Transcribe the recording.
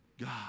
God